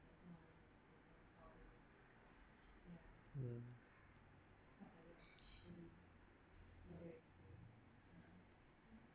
mm